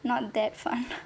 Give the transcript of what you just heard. not that fun